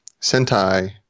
Sentai